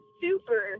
super